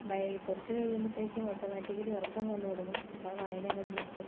by കുറച്ച് കഴിയുമ്പോഴത്തേക്കും automatically ഉറക്കം വന്നുതുടങ്ങും അപ്പോൾ ആ വായന അങ്ങോട്ട് നിര്ത്തും